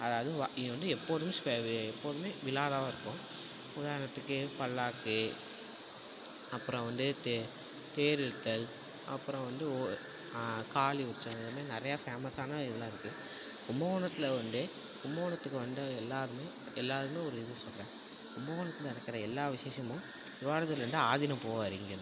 அதாவது இங்கே வந்து எப்போதுமே எப்போதுமே விழாவா இருக்கும் உதாரணத்துக்கு பல்லாக்கு அப்புறோம் வந்து தே தேர் இழுத்தல் அப்புறம் வந்து ஒ காளி உற்சவம் இது மாதிரி நிறையா ஃபேமஸான இதெலாம் இருக்குது கும்பகோணத்தில் வந்து கும்பகோணத்துக்கு வந்த எல்லோருமே எல்லோருமே ஒரு இது சொல்கிறேன் கும்பகோணத்தில் இருக்கிற எல்லா விசேஷமும் திருவாவடுதுறைலந்து ஆதீனம் போவார்